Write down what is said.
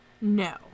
No